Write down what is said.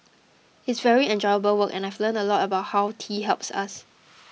it's very enjoyable work and I've learnt a lot about how tea helps us